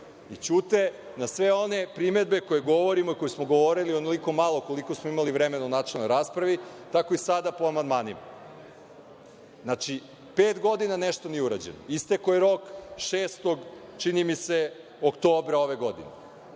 Ćute na sve one primedbe koje govorimo i koje smo govorili onoliko malo koliko smo imali vremena u načelnoj raspravi, a tako i sada po amandmanima. Znači, pet godina nešto nije urađeno, istekao je rok 6. oktobra ove godine,